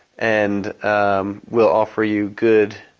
and will offer you good,